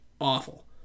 awful